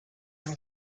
from